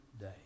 day